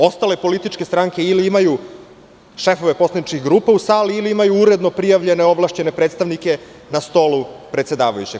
Ostale političke stranke ili imaju šefove poslaničkih grupa u sali ili imaju uredno prijavljene ovlašćene predstavnike na stolu predsedavajućeg.